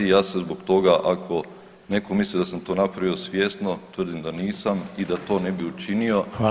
Ja se zbog toga ako netko misli da sam to napravio svjesno tvrdim da nisam i da to ne bih učinio.